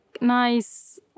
nice